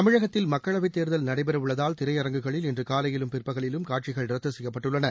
தமிழகத்தில் மக்களவைத் தேர்தல் நடைபெற உள்ளதால் திரையரங்குகளில் இன்று காலையிலும் பிற்பகலிலும் காட்சிகள் ரத்து செய்யப்பட்டுள்ளன